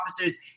officers